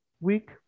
week